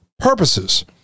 purposes